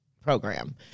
program